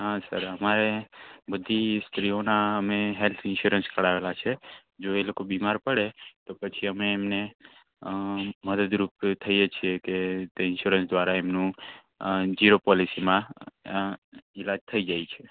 હા સર અમારે બધી સ્ત્રીઓનાં અમે હેલ્થ ઇન્શ્યોરન્સ કઢાવેલા છે જો એ લોકો બીમાર પડે તો પછી અમે એમને મદદરૂપ થઇએ છીએ કે તે ઇન્શ્યોરન્સ દ્વારા એમનું જીરો પોલિસીમાં ઇલાજ થઈ જાય છે